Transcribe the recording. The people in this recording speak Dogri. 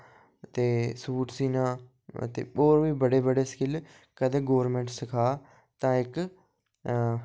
ते सूट सीना ते होर बी बड़े बड़े स्किल कदें गौरमेंट सखा तां इक